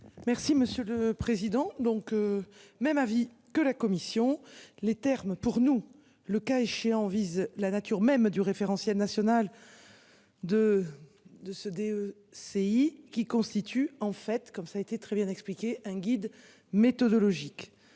Merci monsieur le. Président donc. Même avis que la commission les termes, pour nous, le cas échéant vise la nature même du référentiel national. De de ce des CI qui constitue en fait comme ça a été très bien expliqué un guide méthodologique.